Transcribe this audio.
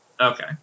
Okay